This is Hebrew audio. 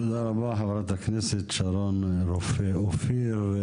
תודה רבה חברת הכנסת שרון רופא אופיר.